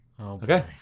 Okay